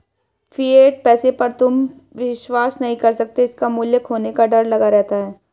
fiat पैसे पर तुम विश्वास नहीं कर सकते इसका मूल्य खोने का डर लगा रहता है